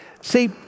See